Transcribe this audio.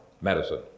medicine